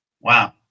Wow